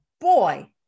boy